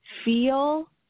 Feel